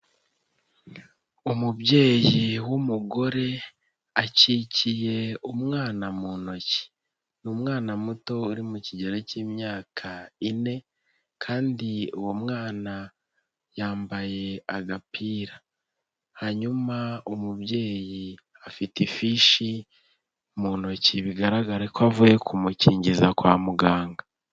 Umubyeyi w'umugore, akikiye umwana mu ntoki. Ni umwana muto uri mu kigero k'imyaka ine, kandi uwo mwana yambaye agapira. Hanyuma umubyeyi afite ifishi mu ntoki bigaragare ko avuye kumukingiza kwa muganga.